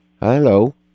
Hello